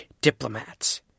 Diplomats